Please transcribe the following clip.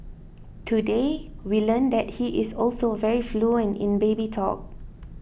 today we learned that he is also very fluent in baby talk